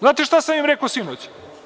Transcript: Znate šta sam im rekao sinoć?